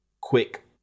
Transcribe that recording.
quick